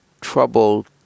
trouble